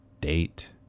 date